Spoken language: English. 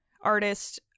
artist